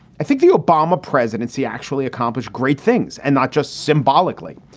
i think the obama presidency actually accomplish great things and not just symbolically.